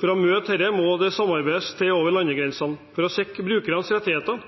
For å møte dette må det samarbeid til over landegrensene for å sikre brukernes rettigheter.